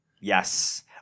Yes